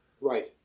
Right